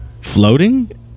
Floating